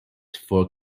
for